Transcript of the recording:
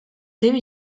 thème